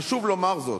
חשוב לומר זאת.